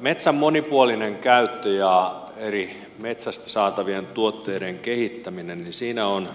metsän monipuolinen käyttö ja metsästä saatavien eri tuotteiden kehittäminen on